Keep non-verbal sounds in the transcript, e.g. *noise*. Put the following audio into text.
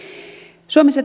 suomessa *unintelligible*